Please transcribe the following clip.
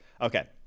Okay